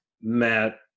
Matt